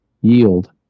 yield